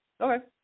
okay